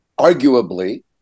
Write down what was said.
arguably